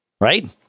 Right